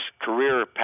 career